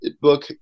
Book